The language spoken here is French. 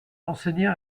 enseigna